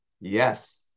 yes